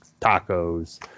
tacos